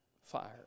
fire